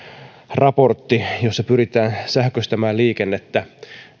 raportti jossa pyritään sähköistämään liikennettä